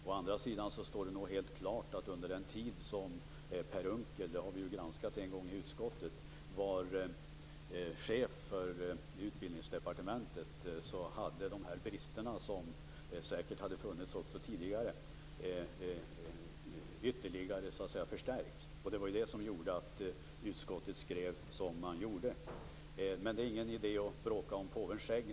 Å andra sidan står det nog helt klart att under den tid som Per Unckel var chef för Utbildningsdepartementet - det har vi ju granskat en gång i utskottet - hade de brister som säkert hade funnits också tidigare ytterligare förstärkts. Det var det som gjorde att utskottet skrev som man skrev. Men det är ingen idé att bråka om påvens skägg.